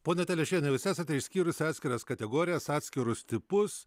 ponia telešiene jūs esate išskyrus atskiras kategorijas atskirus tipus